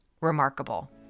remarkable